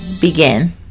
begin